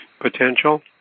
potential